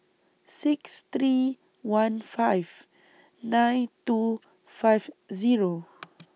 six three one five nine two five Zero